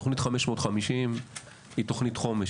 תוכנית 550 היא תוכנית חומש,